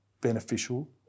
beneficial